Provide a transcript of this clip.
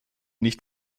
nicht